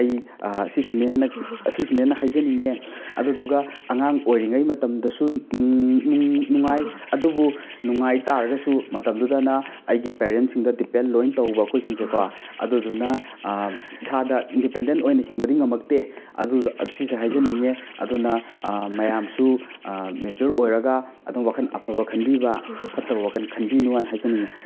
ꯑꯩ ꯁꯤꯁꯤꯅꯦ ꯍꯥꯏꯅ ꯑꯁꯤꯁꯤꯅꯦꯅ ꯍꯥꯏꯖꯅꯤꯡꯉꯦ ꯑꯗꯨꯗꯒ ꯑꯉꯥꯡ ꯑꯣꯏꯔꯤꯉꯩ ꯃꯇꯝꯗꯁꯨ ꯅꯨꯡꯉꯥꯏ ꯑꯗꯨꯕꯨ ꯅꯨꯡꯉꯥꯏ ꯇꯥꯔꯒꯁꯨ ꯃꯇꯝꯗꯨꯗꯅ ꯑꯩꯒꯤ ꯄꯦꯔꯦꯟꯁꯁꯤꯡꯗ ꯗꯤꯄꯦꯟ ꯂꯣꯏ ꯇꯧꯕ ꯑꯩꯈꯣꯏꯁꯤꯡꯁꯦꯀꯣ ꯑꯗꯨꯗꯨꯅ ꯏꯁꯥꯗ ꯏꯟꯗꯤꯄꯦꯟꯗꯦꯟ ꯑꯣꯏꯅ ꯍꯤꯡꯕꯗꯤ ꯉꯝꯃꯛꯇꯦ ꯑꯗꯨ ꯁꯤꯁꯦ ꯍꯥꯏꯖꯅꯤꯡꯉꯦ ꯑꯗꯨꯅ ꯃꯌꯥꯝꯁꯨ ꯃꯦꯆ꯭ꯋꯨꯔ ꯑꯣꯏꯔꯒ ꯑꯗꯣꯝ ꯋꯥꯈꯜ ꯑꯐꯕ ꯈꯟꯕꯤꯕ ꯐꯠꯇꯕ ꯋꯥꯈꯜ ꯈꯟꯕꯤꯅꯨꯅ ꯍꯥꯏꯖꯅꯤꯡꯉꯦ